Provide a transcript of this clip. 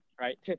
right